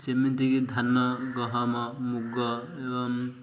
ଯେମିତି କି ଧାନ ଗହମ ମୁଗ ଏବଂ